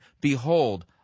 behold